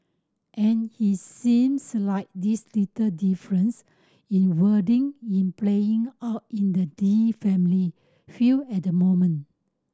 and it seems like these little difference in wording in playing out in the Lee family field at the moment